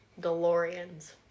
DeLoreans